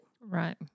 Right